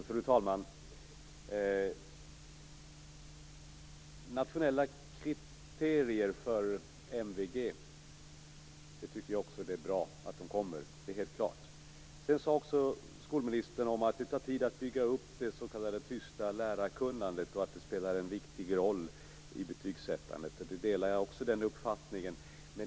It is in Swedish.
Fru talman! Också jag tycker att det är bra att vi får nationella kriterier för MVG. Skolministern sade att det tar tid att bygga upp det s.k. tysta lärarkunnandet och att det spelar en viktig roll i betygsättandet. Jag delar den uppfattningen.